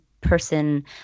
person